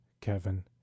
kevin